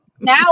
Now